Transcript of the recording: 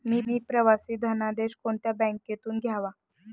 मी प्रवासी धनादेश कोणत्या बँकेतून घ्यावा?